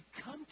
come